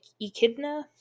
Echidna